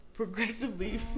progressively